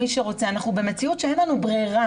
אנחנו במציאות שאין לנו ברירה.